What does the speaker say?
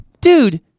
Dude